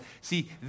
See